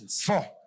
Four